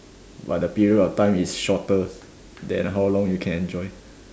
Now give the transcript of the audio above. but the period of time is shorter than how long you can enjoy